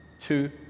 two